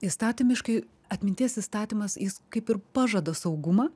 įstatymiškai atminties įstatymas jis kaip ir pažada saugumą